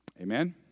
Amen